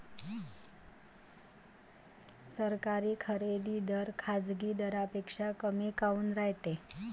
सरकारी खरेदी दर खाजगी दरापेक्षा कमी काऊन रायते?